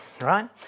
right